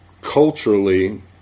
culturally